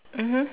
mmhmm